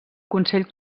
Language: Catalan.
consell